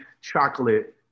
chocolate